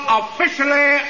officially